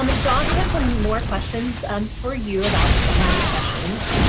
um john, we have some more questions um for you about summer sessions.